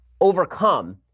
overcome